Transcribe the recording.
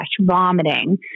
vomiting